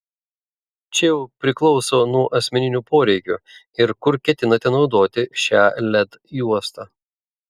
čia jau priklauso nuo asmeninių poreikių ir kur ketinate naudoti šią led juostą